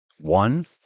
One